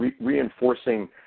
reinforcing